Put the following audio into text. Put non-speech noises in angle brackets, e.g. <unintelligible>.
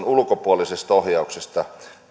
<unintelligible> ulkopuolisesta ohjauksesta